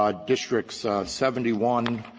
ah districts seventy one,